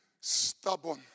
Stubborn